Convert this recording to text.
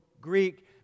Greek